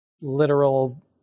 literal